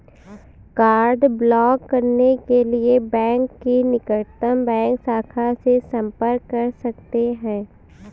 card block करने के लिए बैंक की निकटतम बैंक शाखा से संपर्क कर सकते है